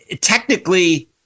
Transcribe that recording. technically